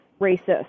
racist